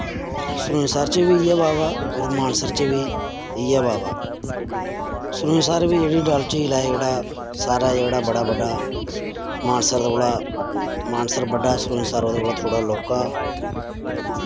सरूईंसर च बी इ'यै होर मानसर च बी इ'यै बावा सरूईंसर बी जेह्ड़ी डल झील ऐ जेह्ड़ा सारें जेह्ड़ा बड़ा बड्डा मानसर दा कोला मानसर बड्डा सरूईंसर ओह्दे कोला थोह्ड़ा लौह्का